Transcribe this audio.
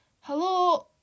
hello